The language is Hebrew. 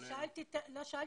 לא,